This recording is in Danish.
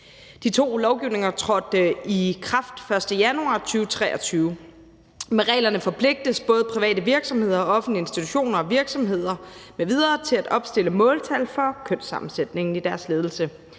De to lovgivninger trådte i kraft den 1. januar 2023. Med reglerne forpligtes både private virksomheder og offentlige institutioner og virksomheder m.v. til at opstille måltal for kønssammensætningen i deres ledelse,